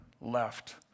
left